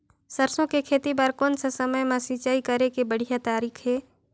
सरसो के खेती बार कोन सा समय मां सिंचाई करे के बढ़िया तारीक हे?